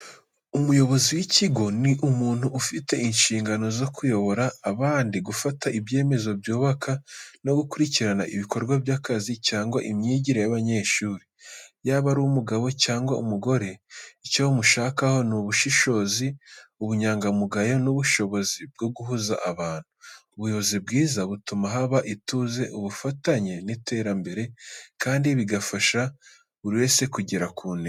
Umuyobozi w’ikigo ni umuntu ufite inshingano zo kuyobora abandi, gufata ibyemezo byubaka, no gukurikirana ibikorwa by’akazi cyangwa imyigire y’abanyeshuri. Yaba ari umugabo cyangwa umugore, icyo bamushakaho ni ubushishozi, ubunyangamugayo n’ubushobozi bwo guhuza abantu. Ubuyobozi bwiza butuma haba ituze, ubufatanye n’iterambere, kandi bigafasha buri wese kugera ku ntego.